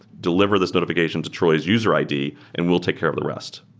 deliver this notifi cation to troy's user id and we'll take care of the rest.